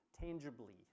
tangibly